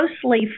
closely